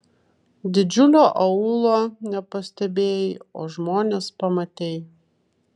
didžiulio aūlo nepastebėjai o žmones pamatei